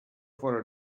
for